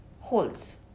holds